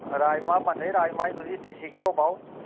राजमां बनदे राजमें च तुस देसी घ्यो पाओ